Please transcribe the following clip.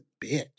bitch